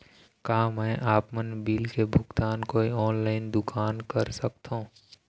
का मैं आपमन बिल के भुगतान कोई ऑनलाइन दुकान कर सकथों?